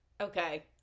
Okay